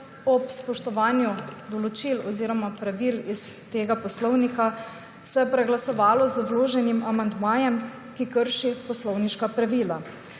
ob spoštovanju določil oziroma pravil iz tega poslovnika, se je preglasovalo z vloženim amandmajem, ki krši poslovniška pravila.